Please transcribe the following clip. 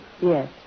Yes